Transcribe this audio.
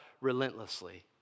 relentlessly